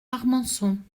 armançon